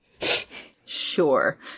Sure